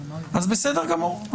אז בסדר גמור,